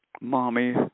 mommy